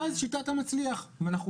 ואז שיטת המצליח עובדת.